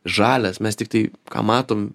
žalias mes tiktai ką matom